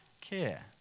care